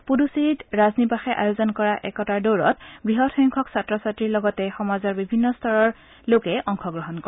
পুডুচেৰীত ৰাজ নিবাসে আয়োজন কৰা একতাৰ দৌৰত বৃহৎ সংখ্যক ছাত্ৰ ছাত্ৰীৰ লগতে সমাজৰ বিভিন্ন শ্ৰেণীৰ লোকে অংশগ্ৰহণ কৰে